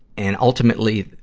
and, ultimately,